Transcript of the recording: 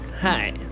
Hi